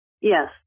Yes